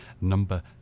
number